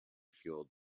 fuelled